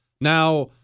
Now